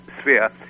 sphere